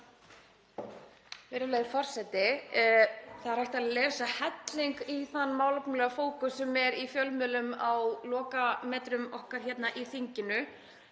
Það er hægt að lesa helling í þann málefnalega fókus sem er í fjölmiðlum á lokametrum okkar hérna í þinginu.